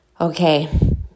Okay